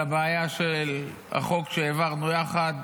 על הבעיה של החוק שהעברנו יחד,